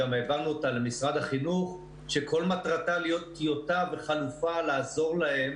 העברנו אותה למשרד החינוך שכל מטרתה להיות טיוטה וחלופה לעזור להם